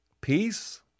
Peace